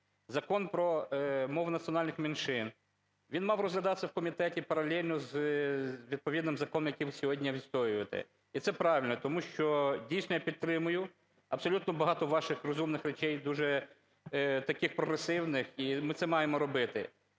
Закон про мови національних меншин, він мав розглядатися в комітеті паралельно з відповідним законом, який ви сьогодні відстоюєте, і це правильно, тому що дійсно я підтримую абсолютно багато ваших розумних речей і дуже таких прогресивних, і ми це маємо робити.